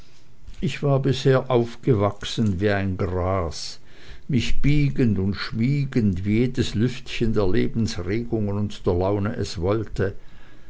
ich war bisher aufgewachsen wie ein gras mich biegend und schmiegend wie jedes lüftchen der lebensregungen und der laune es wollte